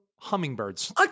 Hummingbirds